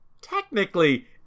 technically